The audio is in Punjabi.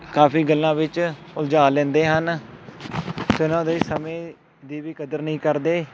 ਕਾਫੀ ਗੱਲਾਂ ਵਿੱਚ ਉਲਝਾ ਲੈਂਦੇ ਹਨ ਅਤੇ ਉਹਨਾਂ ਦੇ ਸਮੇਂ ਦੀ ਵੀ ਕਦਰ ਨਹੀਂ ਕਰਦੇ